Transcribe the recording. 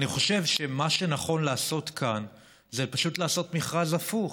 אני חושב שמה שנכון לעשות כאן זה פשוט לעשות מכרז הפוך,